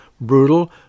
brutal